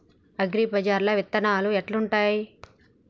అగ్రిబజార్ల విత్తనాలు ఎట్లుంటయ్?